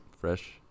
Fresh